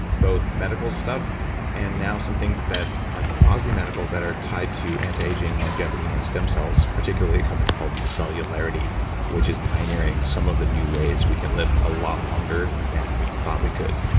both medical stuff and now some things that are quasi medical that are tied to anti aging, longevity and stem cells particularly a company called so celularity which is pioneering some of the new ways we can live a lot longer than we thought we could.